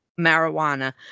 marijuana